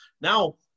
now